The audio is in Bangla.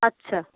আচ্ছা